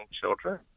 children